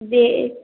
जी